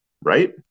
right